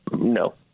No